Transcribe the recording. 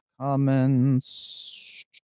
comments